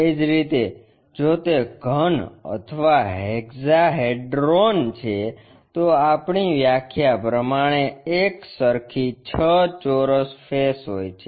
એ જ રીતે જો તે ઘન અથવા હેક્સાહેડ્રોન છે તો આપણી વ્યાખ્યા પ્રમાણે એકસરખી છ ચોરસ ફેસ હોય છે